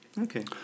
Okay